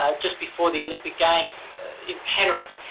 ah just before the olympic games in paris,